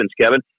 Kevin